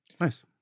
Nice